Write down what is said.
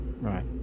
Right